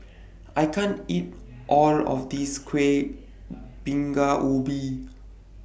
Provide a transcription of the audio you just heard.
I can't eat All of This Kuih Bingka Ubi